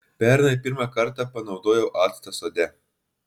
pernai pirmą kartą panaudojau actą sode